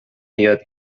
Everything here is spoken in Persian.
بیاد